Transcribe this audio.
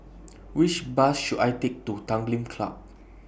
Which Bus should I Take to Tanglin Club